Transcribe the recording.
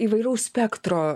įvairaus spektro